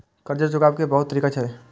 कर्जा चुकाव के बहुत तरीका छै?